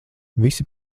visi